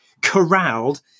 corralled